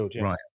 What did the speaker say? Right